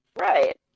Right